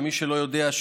למי שלא יודע,